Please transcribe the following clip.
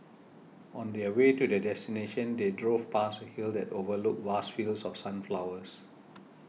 on the way to their destination they drove past a hill that overlook vast fields of sunflowers